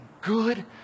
good